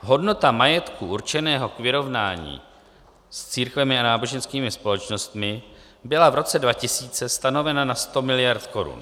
Hodnota majetku určeného k vyrovnání s církvemi a náboženskými společnostmi byla v roce 2000 stanovena na 100 miliard korun.